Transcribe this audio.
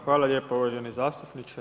Hvala lijepo uvaženi zastupniče.